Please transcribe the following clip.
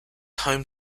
home